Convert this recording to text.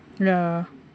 ya